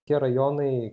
tie rajonai